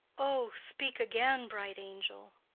o, speak again, bright angel!